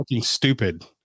stupid